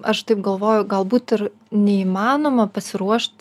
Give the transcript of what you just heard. aš taip galvoju galbūt ir neįmanoma pasiruošt